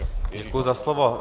Děkuji za slovo.